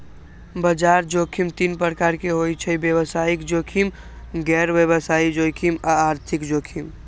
बजार जोखिम तीन प्रकार के होइ छइ व्यवसायिक जोखिम, गैर व्यवसाय जोखिम आऽ आर्थिक जोखिम